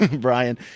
Brian